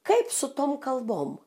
kaip su tom kalbom